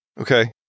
Okay